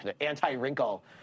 anti-wrinkle